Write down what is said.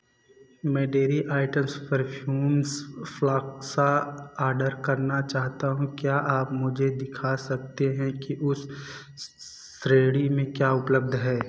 मैं dairy items perfumes फ़्लाक्सा order करना चाहता हूँ क्या आप मुझे दिखा सकते हैं कि उस श्रेणी में क्या उपलब्ध है